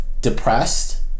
depressed